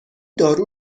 دارو